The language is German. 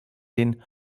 den